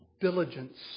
diligence